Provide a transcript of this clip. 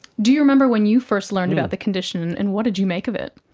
do you remember when you first learned about the condition, and what did you make of it?